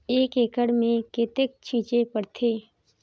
एक एकड़ मे कतेक छीचे पड़थे?